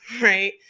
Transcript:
right